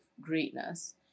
greatness